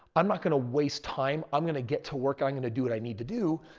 i'm not going to waste time. i'm going to get to work. i'm going to do what i need to do.